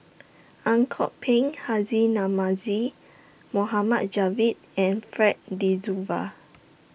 Ang Kok Peng Haji Namazie Mohamed Javad and Fred De